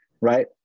right